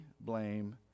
blame